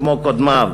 כמו קודמיו.